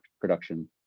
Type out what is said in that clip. production